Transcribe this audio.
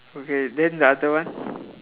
okay then the other one